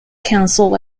council